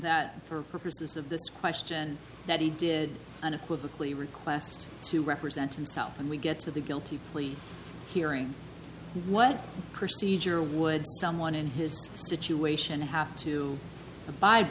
that for purposes of this question that he did unequivocally request to represent himself and we get to the guilty plea hearing what procedure would someone in his situation have to abide